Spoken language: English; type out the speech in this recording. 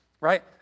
right